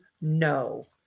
no